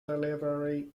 delivery